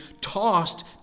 tossed